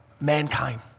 mankind